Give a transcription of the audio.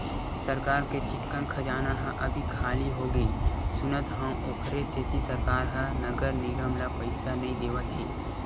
सरकार के चिक्कन खजाना ह अभी खाली होगे सुनत हँव, ओखरे सेती सरकार ह नगर निगम ल पइसा नइ देवत हे